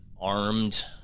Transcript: armed